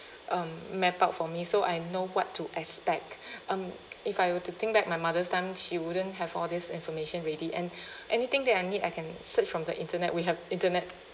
um map out for me so I know what to expect um if I were to think back my mother's time she wouldn't have all these information ready and anything that I need I can search from the internet we have internet